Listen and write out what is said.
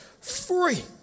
free